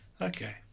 Okay